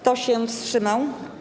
Kto się wstrzymał?